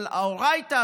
אבל האורייתא,